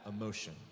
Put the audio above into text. emotion